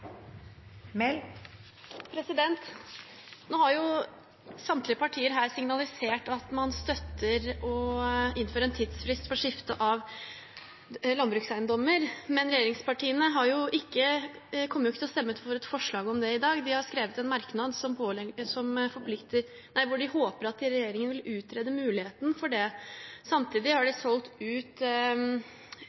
Nå har samtlige partier her signalisert at man støtter å innføre en tidsfrist for skifte av landbrukseiendommer, men regjeringspartiene kommer ikke til å stemme for et forslag om det i dag. De har skrevet en merknad der de sier at de håper at regjeringen vil utrede muligheten for det. Samtidig har de solgt ut